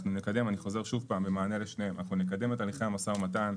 אנחנו נקדם את הליכי המשא ומתן,